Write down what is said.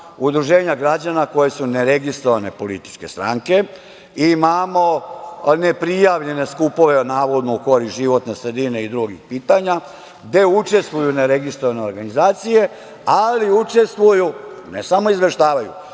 udruženja građana koja su neregistrovane političke stranke i imamo neprijavljene skupove u korist životne sredine i drugih pitanja, gde učestvuju neregistrovane organizacije, ali učestvuju, ne samo izveštavaju,